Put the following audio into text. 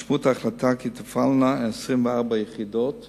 משמעות ההחלטה היא שתפעלנה 24 יחידות